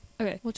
Okay